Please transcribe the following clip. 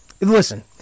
listen